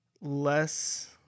less